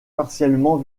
partiellement